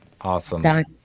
awesome